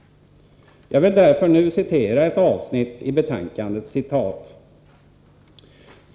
Jag vill därför nu citera ett avsnitt i betänkandet.